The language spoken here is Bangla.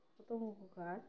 প্রথম উপকার